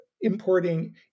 importing